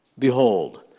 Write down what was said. Behold